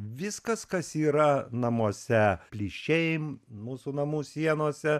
viskas kas yra namuose plyšiai mūsų namų sienose